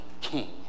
king